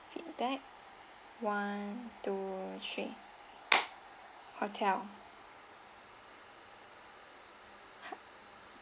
feedback one two three hotel